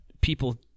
people